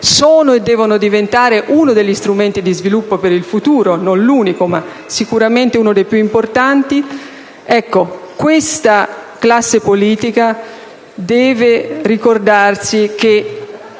sono e devono diventare uno degli strumenti di sviluppo per il futuro: non l'unico, ma sicuramente uno dei più importanti. Ecco, questa classe politica deve ricordarsi che